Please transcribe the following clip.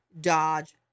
Dodge